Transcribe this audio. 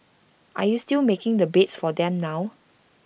are you still making the beds for them now